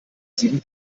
sieben